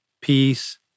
peace